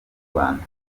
rwanda